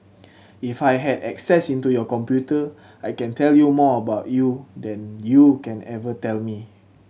if I had access into your computer I can tell you more about you than you can ever tell me